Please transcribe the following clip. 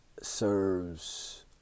serves